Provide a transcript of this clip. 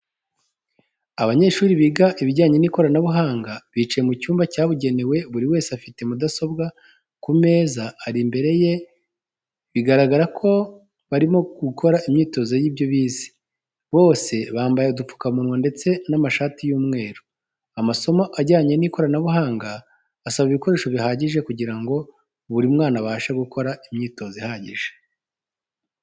Abanyeshuri biga ibijyanye n'ikoranabuhanga bicaye mu cyumba cyabugenewe buri wese afite mudasobwa ku meza ari imbere ye bigaragara ko barimo gukora imyitozo y'ibyo bize, bose bambaye udupfukamunwa ndetse n'amashati y'umweru. Amasomo ajyanye n'ikoranabuhanga asaba ibikoreso bihagije kugirango buri mwana abashe gukora imyitozo ihagije.